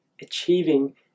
achieving